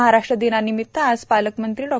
महाराष्ट्र दिनानिमीत्त आज पालकमंत्री डॉ